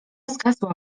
zgasła